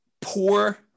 Poor